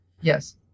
Yes